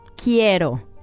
Quiero